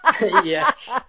Yes